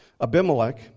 Abimelech